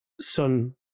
Son